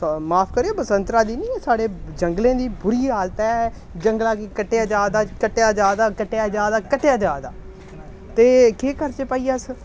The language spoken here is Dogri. माफ करेओ बसंतरा दी निं एह् साढ़े जंगलें दी बुरी हालत ऐ जंगला गी कट्टेआ जा दा कट्टेआ जा दा कट्टेआ जा दा कट्टेआ जा दा ते केह् करचै भाई अस